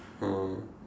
oh